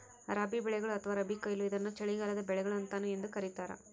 ರಬಿ ಬೆಳೆಗಳು ಅಥವಾ ರಬಿ ಕೊಯ್ಲು ಇದನ್ನು ಚಳಿಗಾಲದ ಬೆಳೆಗಳು ಅಂತಾನೂ ಎಂದೂ ಕರೀತಾರ